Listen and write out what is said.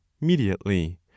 immediately